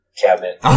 cabinet